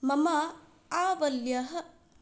मम आवल्यः